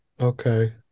okay